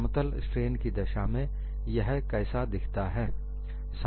समतल स्ट्रेन की दशा मेंयह कैसा दिखता है